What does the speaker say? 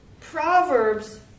Proverbs